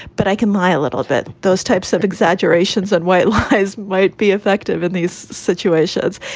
but i can lie a little bit. those types of exaggerations and white lies might be effective in these situations.